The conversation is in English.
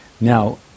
Now